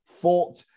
Fought